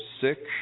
sick